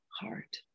heart